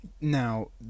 Now